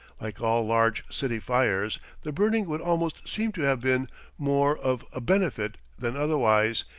like all large city fires, the burning would almost seem to have been more of a benefit than otherwise,